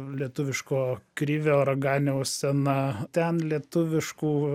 lietuviško krivio raganiaus scena ten lietuviškų